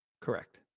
correct